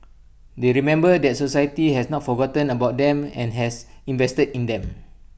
they remember that society has not forgotten about them and has invested in them